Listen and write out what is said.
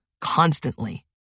constantly